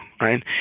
right